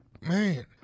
man